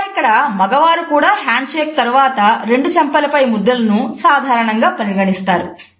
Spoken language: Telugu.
ఇంకా ఇక్కడ మగవారు కూడా హ్యాండ్ షేక్ తరువాత రెండు చెంపలపై ముద్దులను సాధారణంగా పరిగణిస్తారు